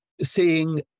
seeing